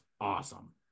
awesome